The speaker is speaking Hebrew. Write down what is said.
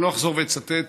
אני לא אחזור ואצטט,